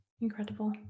Incredible